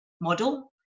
model